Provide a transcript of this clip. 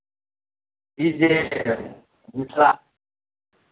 ई जे मिथिला